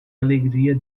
alegria